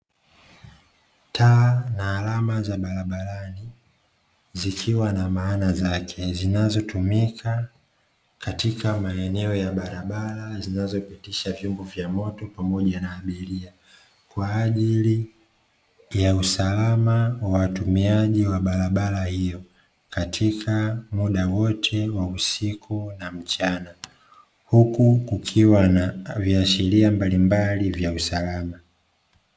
Taa na alama za barabarani zikiwa na maana zake zinazotumika katika maeneo ya barabara, zinazipitisha vyombo vya moto pamoja na abiria, kwa ajili ya usalama wa watumiaji wa barabara hiyo, katika muda wote wa usiku na mchana. Huku kukiwa na viashiria mbalimbali vya usalama.